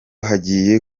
hagiye